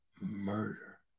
murder